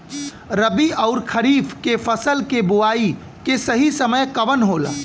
रबी अउर खरीफ के फसल के बोआई के सही समय कवन होला?